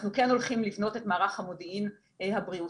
אנחנו כן הולכים לבנות את מערך המודיעין הבריאותי,